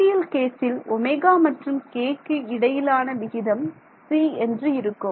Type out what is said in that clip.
ideal கேசில் omega மற்றும் k இடையிலான விகிதம் c என்று இருக்கும்